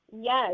Yes